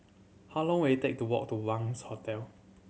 how long will it take to walk to Wangz Hotel